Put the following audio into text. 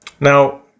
Now